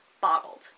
bottled